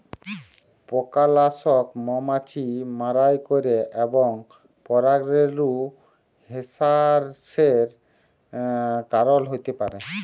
পকালাসক মমাছি মারাই ক্যরে এবং পরাগরেলু হেরাসের কারল হ্যতে পারে